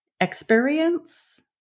experience